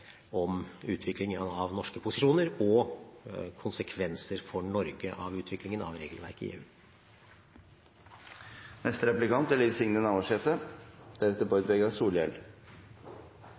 om utviklingen av norske posisjoner og konsekvenser for Norge av utviklingen av regelverket i